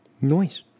Nice